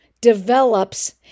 develops